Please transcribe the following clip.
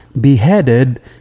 beheaded